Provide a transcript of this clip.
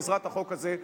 בעזרת החוק הזה,